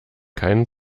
keinen